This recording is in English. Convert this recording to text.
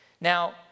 Now